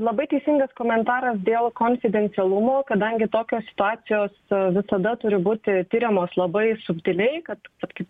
labai teisingas komentaras dėl konfidencialumo kadangi tokios situacijos visada turi būti tiriamos labai subtiliai kad vat kaip